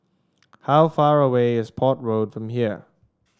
how far away is Port Road from here